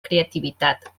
creativitat